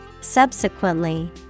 Subsequently